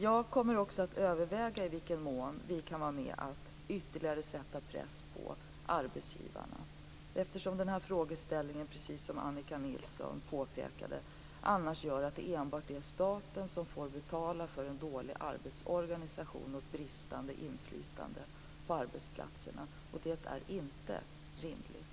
Jag kommer också att överväga i vilken mån vi kan bidra till att ytterligare sätta press på arbetsgivarna. I annat fall blir det, precis som Annika Nilsson påpekade, enbart staten som får betala för en dålig arbetsorganisation och ett bristande inflytande på arbetsplatserna. Det är inte rimligt.